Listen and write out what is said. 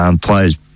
players